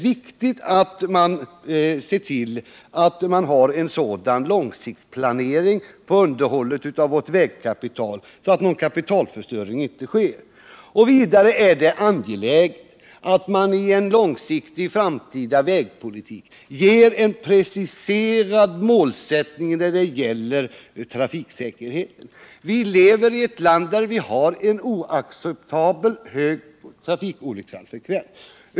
Vidare är det angeläget att i en långsiktig framtida vägpolitik ge en preciserad målsättning när det gäller trafiksäkerheten. Vi lever i ett land med oacceptabelt hög trafikolycksfallsfrekvens.